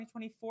2024